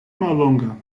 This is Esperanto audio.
mallonga